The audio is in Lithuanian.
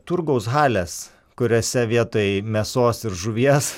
turgaus halės kuriose vietoj mėsos ir žuvies